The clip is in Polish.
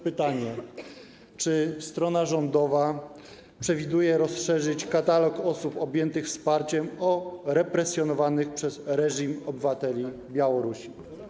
Pytanie, czy strona rządowa przewiduje rozszerzenie katalogu osób objętych wsparciem o represjonowanych przez reżim obywateli Białorusi.